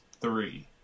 three